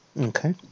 Okay